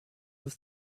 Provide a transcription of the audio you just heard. have